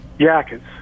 jackets